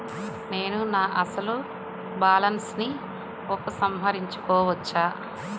నేను నా అసలు బాలన్స్ ని ఉపసంహరించుకోవచ్చా?